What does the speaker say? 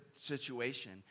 situation